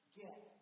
get